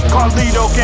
Carlito